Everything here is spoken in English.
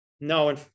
No